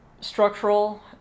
structural